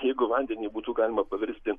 jeigu vandenį būtų galima paversti